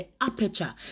aperture